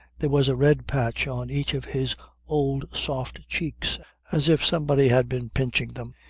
there was a red patch on each of his old soft cheeks as if somebody had been pinching them.